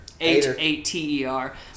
h-a-t-e-r